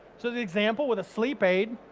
so the example with a sleep aid,